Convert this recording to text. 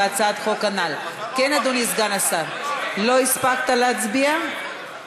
הצעת חוק התכנון והבנייה (תיקון, דיור בהישג יד),